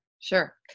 Sure